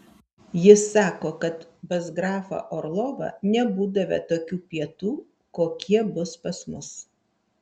jis sako kad pas grafą orlovą nebūdavę tokių pietų kokie bus pas mus